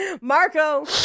Marco